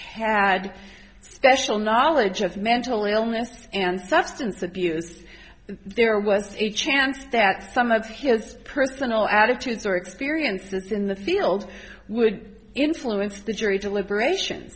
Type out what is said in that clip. had special knowledge of mental illness and substance abuse there was a chance that some of his personal attitudes or experiences in the field would influence the jury deliberation